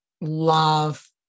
love